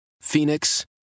Phoenix